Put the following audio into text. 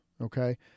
okay